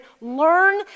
learn